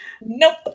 nope